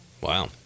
Wow